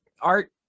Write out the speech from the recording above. Art